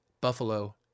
Buffalo